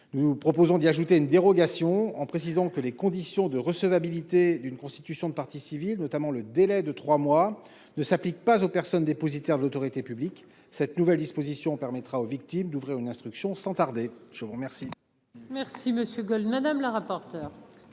nous proposons d'y ajouter une dérogation en précisant que les conditions de recevabilité d'une constitution de partie civile, notamment le délai de 3 mois ne s'applique pas aux personnes dépositaires de l'autorité publique, cette nouvelle disposition permettra aux victimes d'ouvrir une instruction sans tarder, je vous remercie.